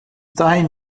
dahin